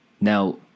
Now